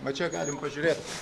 va čia galim pažiūrėt